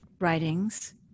writings